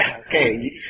Okay